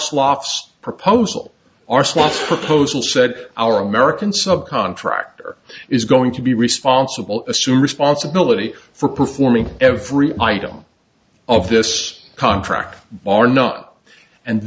slops proposal our slots proposal said our american subcontractor is going to be responsible assume responsibility for performing every item of this contract or not and